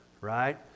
right